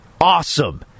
awesome